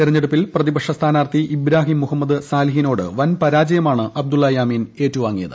തെരഞ്ഞെടുപ്പിൽ പ്രതിപക്ഷ സ്ഥാനാർത്ഥി ഇബ്രാഹിം മുഹമ്മദ് സാലിഹിനോട് വൻ പരാജയമാണ് അബ്ദുള്ള യാമീൻ ഏറ്റുവാങ്ങിയത്